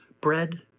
Bread